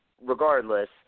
regardless